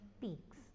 peaks